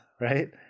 right